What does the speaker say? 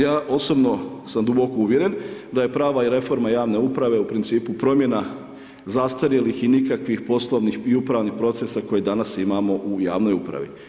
Ja osobno sam duboko uvjeren da je prava i reforma javne uprave u principu promjena zastarjelih i nikakvih poslovnih i upravnih procesa koje danas imamo u javnoj upravi.